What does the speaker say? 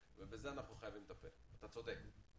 אבל עדיין יש חוסר מאוד בולט וחוסר צדק,